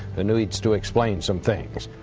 that needs to explain some things.